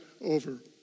over